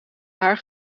haar